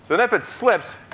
then if it slips,